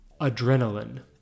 adrenaline